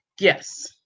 yes